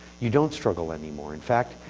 you don't struggle anymore. in fact,